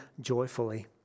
joyfully